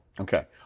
Okay